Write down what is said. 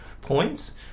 points